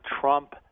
Trump